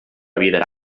vidre